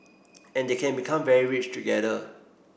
and they can become very rich together